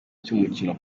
cy’umukino